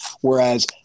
whereas